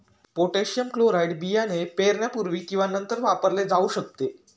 potassium chloride बियाणे पेरण्यापूर्वी किंवा नंतर वापरले जाऊ शकते